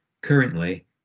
currently